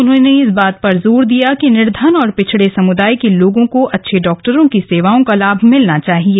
उन्होंने इस बात पर जोर दिया कि निर्धन और पिछडे समृदाय के लोगों को अच्छे डॉक्टरों की सेवाओं का लाम मिलना चाहिये